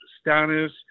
status